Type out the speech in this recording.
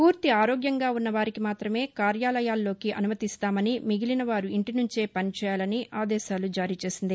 పూర్తి ఆరోగ్యంగా ఉన్నవారికి మాతమే కార్యాలయాల్లోకి అనుమతిస్తామని మిగిలిన వారు ఇంటి నుంచే పనిచేయాలని ఆదేశాలు జారీ చేసింది